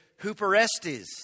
huperestes